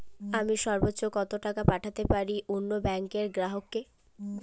আমি সর্বোচ্চ কতো টাকা পাঠাতে পারি অন্য ব্যাংকের গ্রাহক কে?